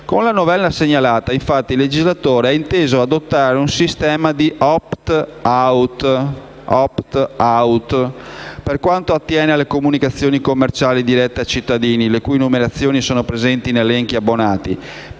Con la novella segnalata infatti il legislatore ha inteso adottare un sistema di *opt-out* per quanto attiene alle comunicazioni commerciali dirette ai cittadini le cui numerazioni sono presenti in elenchi di abbonati,